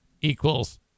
equals